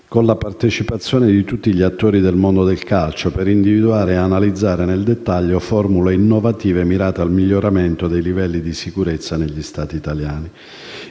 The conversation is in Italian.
con la partecipazione di tutti gli attori del mondo del calcio, per individuare e analizzare nel dettaglio formule innovative mirate al miglioramento dei livelli di sicurezza negli stadi italiani.